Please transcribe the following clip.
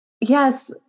Yes